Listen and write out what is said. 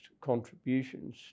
contributions